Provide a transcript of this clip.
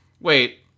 wait